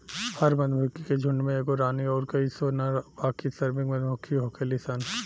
हर मधुमक्खी के झुण्ड में एगो रानी अउर कई सौ नर आ बाकी श्रमिक मधुमक्खी होखेली सन